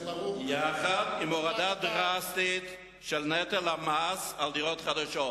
יחד עם הורדה דרסטית של נטל המס על דירות חדשות.